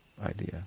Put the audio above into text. idea